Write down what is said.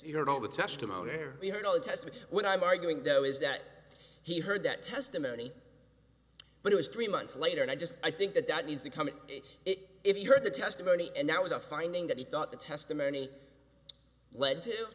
you had all the testimony you heard on the test but what i'm arguing though is that he heard that testimony but it was three months later and i just i think that that needs to come of it if you read the testimony and that was a finding that he thought the testimony lead to